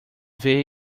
ver